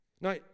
Now